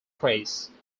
trace